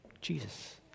Jesus